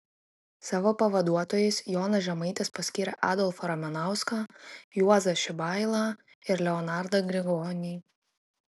savo pavaduotojais jonas žemaitis paskyrė adolfą ramanauską juozą šibailą ir leonardą grigonį